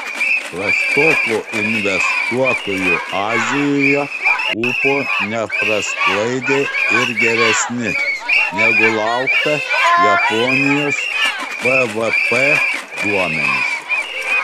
prastoko investuotojų azijoje ūpo neprasklaidė ir geresni negu laukta japonijos bvp duomenys